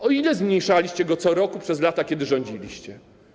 O ile zmniejszaliście go co roku przez lata, kiedy rządziliście?